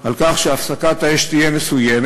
על כך שהפסקת האש תהיה מסוימת,